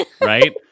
right